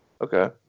Okay